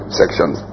sections